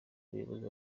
ubuyobozi